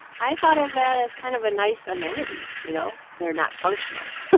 i thought of that as kind of a nice amenity, you know? they're not functional,